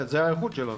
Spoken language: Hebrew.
זו ההיערכות שלנו.